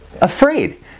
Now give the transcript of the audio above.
afraid